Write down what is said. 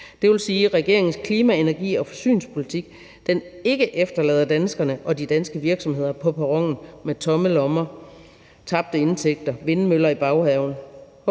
– altså at regeringens klima-, energi- og forsyningspolitik ikke efterlader danskerne og de danske virksomheder på perronen med tomme lommer, tabte indtægter, vindmøller i baghaven.